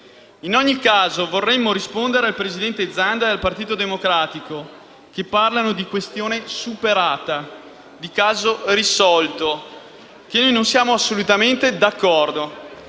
In ogni caso, vorremmo rispondere al presidente Zanda e al Partito Democratico, che parlano di questione superata e di caso risolto, che noi non siamo assolutamente d'accordo: